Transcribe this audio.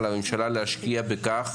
על הממשלה להשקיע בכך